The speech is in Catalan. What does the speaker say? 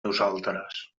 nosaltres